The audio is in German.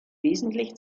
wesentlich